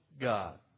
God